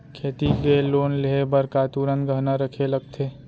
खेती के लोन लेहे बर का तुरंत गहना रखे लगथे?